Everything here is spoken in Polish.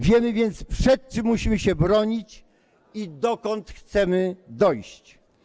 Wiemy więc, przed czym musimy się bronić i dokąd chcemy dojść.